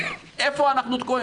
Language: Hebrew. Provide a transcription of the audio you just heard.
איפה אנחנו תקועים?